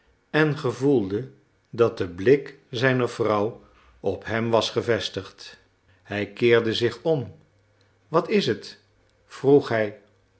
en gevoelde dat de blik zijner vrouw op hem was gevestigd hij keerde zich om wat is het vroeg hij